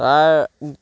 sir